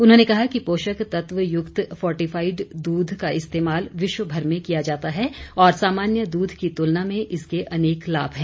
उन्होंने कहा कि पोषक तत्व युक्त फोर्टिफाईड दूध का इस्तेमाल विश्वभर में किया जाता है और सामान्य दूध की तुलना में इसके अनेक लाभ है